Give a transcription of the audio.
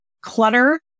clutter